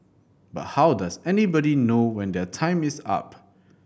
but how does anybody know when their time is up